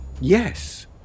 Yes